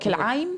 כלאיים.